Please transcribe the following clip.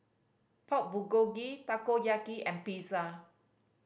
Pork Bulgogi Takoyaki and Pizza